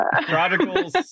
prodigals